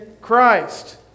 Christ